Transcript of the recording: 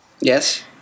yes